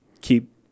keep